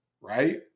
right